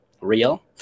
real